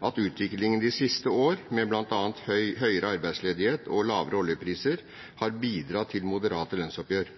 at utviklingen de siste år, med bl.a. høyere arbeidsledighet og lavere oljepriser, har bidratt til moderate lønnsoppgjør.